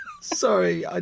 Sorry